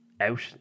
out